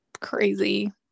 crazy